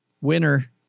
Winner